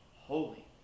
holy